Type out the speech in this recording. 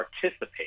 participate